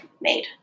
made